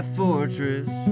fortress